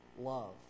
love